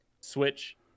Switch